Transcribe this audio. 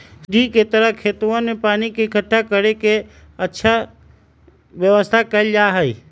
सीढ़ी के तरह खेतवन में पानी के इकट्ठा कर के अच्छा व्यवस्था कइल जाहई